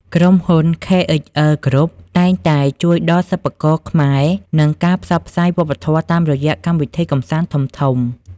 ក្រុមហ៊ុន ខេអេចអិល ក្រុប (KHL Group) តែងតែជួយដល់សិល្បករខ្មែរ និងការផ្សព្វផ្សាយវប្បធម៌តាមរយៈកម្មវិធីកម្សាន្តធំៗ។